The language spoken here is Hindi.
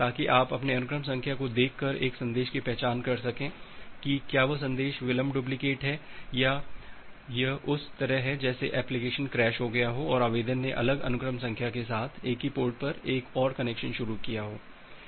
ताकि आप अपने अनुक्रम संख्या को देखकर एक संदेश की पहचान कर सकें कि क्या वह संदेश विलम्ब डुप्लिकेट है या यह उस तरह है जैसे एप्लीकेशन क्रैश हो गया हो और आवेदन ने अलग अनुक्रम संख्या के साथ एक ही पोर्ट पर एक और कनेक्शन शुरू किया हो